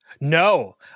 No